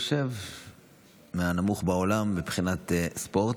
מהנמוך בעולם מבחינת ספורט,